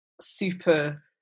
super